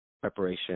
preparation